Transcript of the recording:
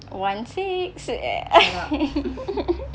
one six